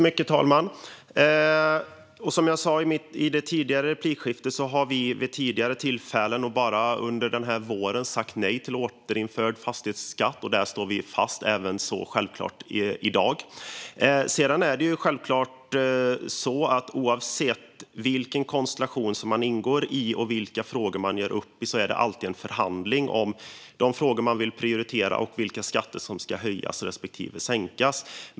Fru talman! Som jag sa i tidigare replikskifte har vi vid tidigare tillfällen och även under denna vår sagt nej till ett återinförande av fastighetsskatten. Det står vi självklart fast vid även i dag. Oavsett vilken konstellation som man ingår i och vilka frågor som man gör upp om är det alltid en förhandling om de frågor som man vill prioritera och om vilka skatter som ska höjas respektive sänkas.